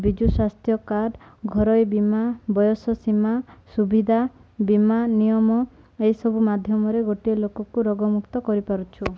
ବିଜୁ ସ୍ୱାସ୍ଥ୍ୟ କାର୍ଡ଼ ଘରୋଇ ବୀମା ବୟସ ସୀମା ସୁବିଧା ବୀମା ନିୟମ ଏହିସବୁ ମାଧ୍ୟମରେ ଗୋଟିଏ ଲୋକକୁ ରୋଗମୁକ୍ତ କରିପାରୁଛୁ